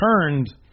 turned